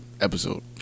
episode